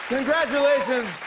Congratulations